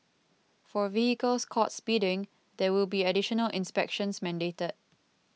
for vehicles caught speeding there will be additional inspections mandated